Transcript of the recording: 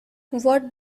what